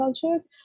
culture